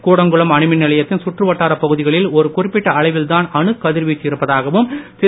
கூடங்குளம் அணுமின் நிலையத்தின் சுற்றுவட்டாரப் பகுதிகளில் ஒரு குறிப்பிட்ட அளவில்தான் அணுக் கதிர்வீச்சு இருப்பதாகவும் திரு